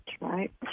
right